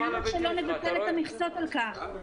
כלכלי אז למה שלא נבטל את המכסות על כך?